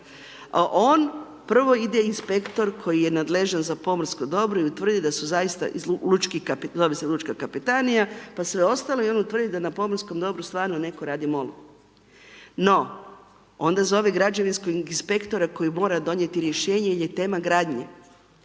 on prvo ide inspektor koji je nadležan za pomorsko dobro i utvrdi da su zaista, zove se lučka kapetanija, pa sve ostalo i on utvrdi da na pomorskom dobru stvarno netko radi mol. No, onda zove građevinskog inspektora koji mora donijeti rješenje jer je tema gradnje.